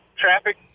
traffic